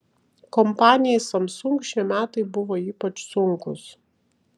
kompanijai samsung šie metai buvo ypač sunkūs